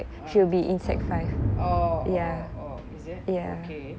ah oh oh oh is it oh okay